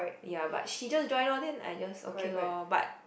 ya but she just join lor then I just okay lor but